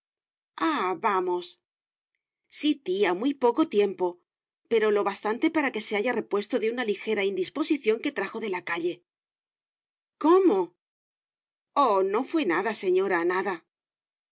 vamos sí tía muy poco tiempo pero lo bastante para que se haya repuesto de una lijera indisposición que trajo de la calle cómo oh no fué nada señora nada